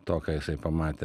to ką jisai pamatė